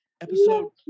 episode